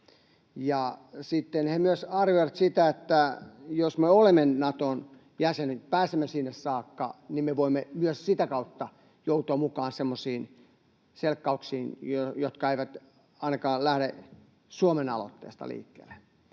sitten he myös arvioivat sitä, että jos me olemme Naton jäsen, pääsemme sinne saakka, niin me voimme myös sitä kautta joutua mukaan semmoisiin selkkauksiin, jotka eivät ainakaan lähde Suomen aloitteesta liikkeelle.